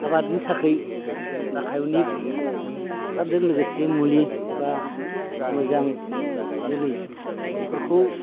आबादनि थाखाय दाखायनि हासारदो लोगोसे बे मुलि एबा मोजां जोलै बेफोरखौ